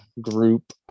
group